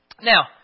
Now